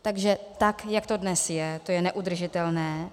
Takže tak jak to dnes je, to je neudržitelné.